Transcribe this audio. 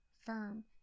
firm